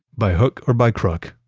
by hook or by crook,